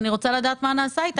ואני רוצה לדעת מה נעשה איתה.